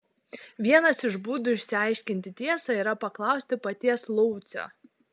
vienas iš būdų išsiaiškinti tiesą yra paklausti paties laucio